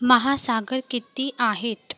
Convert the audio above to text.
महासागर किती आहेत